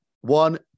One